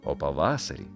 o pavasarį